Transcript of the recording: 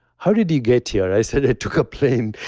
how did you get here? i said, i took a plane.